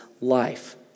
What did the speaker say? life